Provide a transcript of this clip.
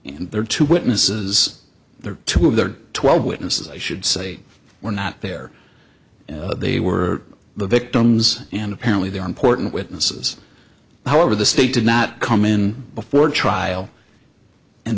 in their two witnesses the two of their twelve witnesses i should say were not there they were the victims and apparently they are important witnesses all over the state did not come in before trial and